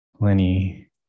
Lenny